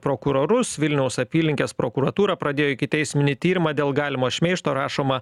prokurorus vilniaus apylinkės prokuratūra pradėjo ikiteisminį tyrimą dėl galimo šmeižto rašoma